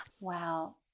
Wow